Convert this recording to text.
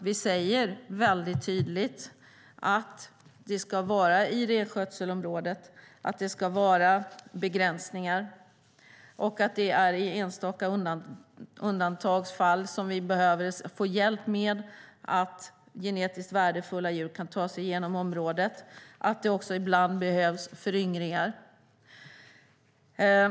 Vi säger tydligt att det ska vara begränsningar i renskötselområdet och att det är i enstaka undantagsfall som vi behöver få hjälp så att genetiskt värdefulla djur kan ta sig genom området. Vi säger också att det ibland behövs föryngringar.